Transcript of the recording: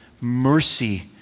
mercy